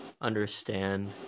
understand